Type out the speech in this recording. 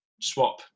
swap